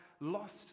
lost